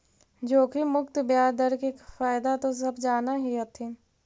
जोखिम मुक्त ब्याज दर के फयदा तो सब जान हीं हथिन